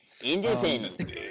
Independence